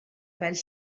fel